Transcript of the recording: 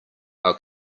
our